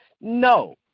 No